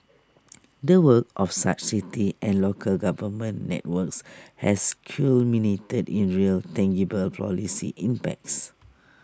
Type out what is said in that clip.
the work of such city and local government networks has culminated in real tangible policy impacts